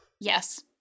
Yes